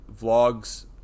vlogs